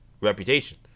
reputation